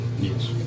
Yes